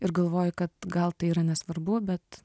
ir galvoji kad gal tai yra nesvarbu bet